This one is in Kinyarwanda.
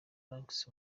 ranks